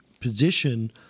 position